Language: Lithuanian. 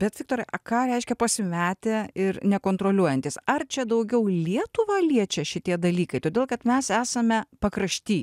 bet viktorai a ką reiškia pasimetę ir nekontroliuojantys ar čia daugiau lietuvą liečia šitie dalykai todėl kad mes esame pakrašty